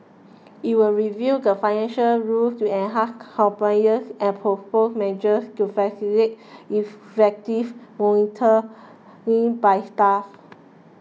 it will review the financial rules to enhance compliance and propose measures to facilitate effective monitoring by staff